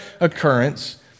occurrence